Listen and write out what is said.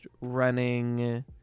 running